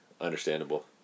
Understandable